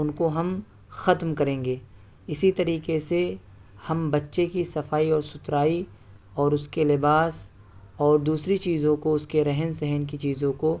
ان کو ہم ختم کریں گے اسی طریقے سے ہم بچے کی صفائی اور ستھرائی اور اس کے لباس اور دوسری چیزوں کو اس کے رہن سہن کی چیزوں کو